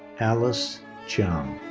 alice jiang.